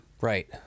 Right